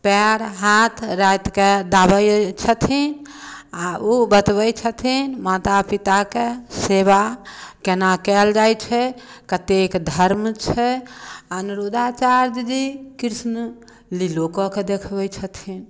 पएर हाथ रातिकेँ दाबै छथिन आ ओ बतबै छथिन माता पिताके सेवा केना कयल जाइ छै कतेक धर्म छै अनिरुद्धाचार्यजी कृष्ण लीलो कऽ कऽ देखबै छथिन